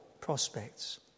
prospects